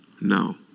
no